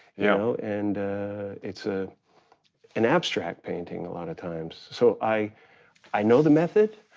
you know? and it's ah an abstract painting a lot of times. so i i know the method,